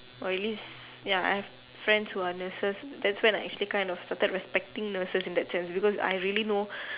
or at least ya I have friends who are nurses that's when I actually kind of started respecting nurses in that sense because I really know